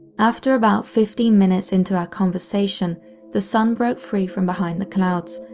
after about fifteen minutes into our conversation the sun broke free from behind the clouds,